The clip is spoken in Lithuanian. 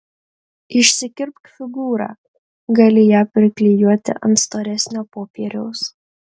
išsikirpk figūrą gali ją priklijuoti ant storesnio popieriaus